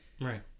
Right